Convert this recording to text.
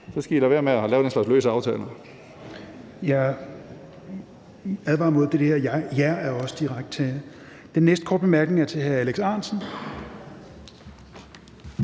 skal I lade være med at lave den slags løse aftaler.